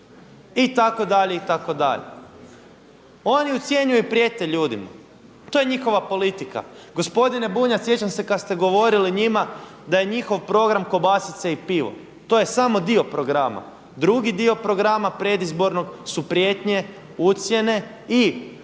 posao itd. itd. Oni ucjenjuju i prijete ljudima. To je njihova politika. Gospodine Bunjac, sjećam se kad ste govorili njima da je njihov program kobasice i pivo. To je samo dio programa. Drugi dio programa predizbornog su prijetnje, ucjene i obećanje